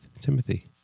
Timothy